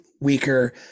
weaker